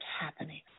happening